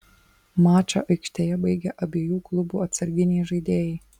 mačą aikštėje baigė abiejų klubų atsarginiai žaidėjai